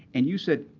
and you said,